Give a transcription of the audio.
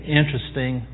interesting